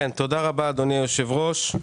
תודה רבה, אדוני היושב ראש.